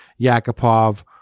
Yakupov